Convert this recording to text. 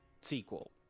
Sequel